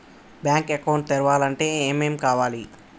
Bank account తెరవాలంటే ఏమేం కావాలి?